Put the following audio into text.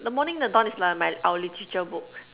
the morning in the dawn is like my our literature book